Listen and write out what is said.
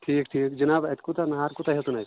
ٹھیٖک ٹھیٖک جِناب اَتہِ کوٗتاہ نار کوٗتاہ ہیوٚتُن اَتہِ